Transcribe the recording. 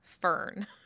fern